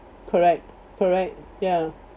correct correct ya